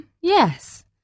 yes